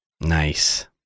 nice